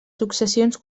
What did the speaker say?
successions